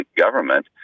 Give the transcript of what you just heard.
government